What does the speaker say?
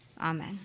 Amen